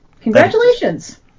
congratulations